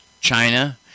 China